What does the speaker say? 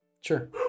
Sure